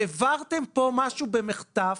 העברתם כאן משהו במחטף